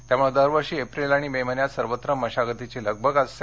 त्यामुळे दरवर्षी एप्रिल आणि मे महिन्यात सर्वत्र मशागतीची लगबग असते